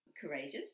Courageous